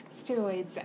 steroids